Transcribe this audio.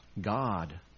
God